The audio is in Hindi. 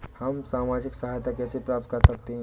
हम सामाजिक सहायता कैसे प्राप्त कर सकते हैं?